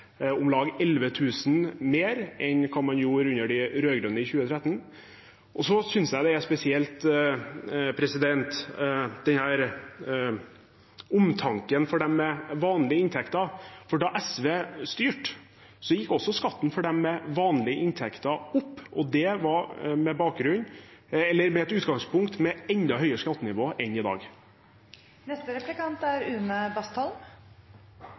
om lag 11 000 kr mer enn de gjorde under de rød-grønne i 2013. Så synes jeg det er spesielt, denne omtanken for dem med vanlige inntekter. Da SV styrte, gikk også skatten for dem med vanlige inntekter opp. Det var med et utgangspunkt i et enda høyere skattenivå enn i